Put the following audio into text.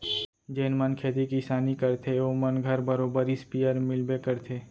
जेन मन खेती किसानी करथे ओ मन घर बरोबर इस्पेयर मिलबे करथे